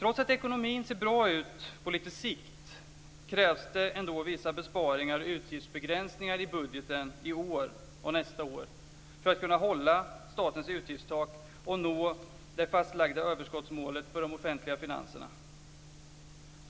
Trots att ekonomin ser bra ut på lite sikt krävs det ändå vissa besparingar och utgiftsbegränsningar i budgeten i år och nästa år för att man skall kunna hålla statens utgiftstak och nå det fastlagda överskottsmålet för de offentliga finanserna.